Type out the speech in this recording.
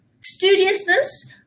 studiousness